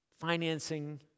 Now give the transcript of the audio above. financing